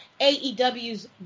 AEW's